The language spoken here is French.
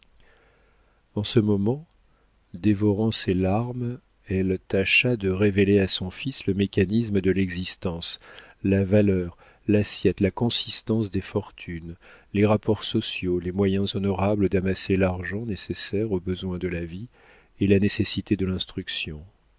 en ce moment dévorant ses larmes elle tâcha de révéler à son fils le mécanisme de l'existence la valeur l'assiette la consistance des fortunes les rapports sociaux les moyens honorables d'amasser l'argent nécessaire aux besoins de la vie et la nécessité de l'instruction